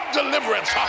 deliverance